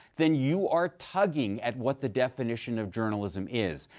then you are tugging at what the definition of journalism is.